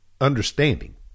understanding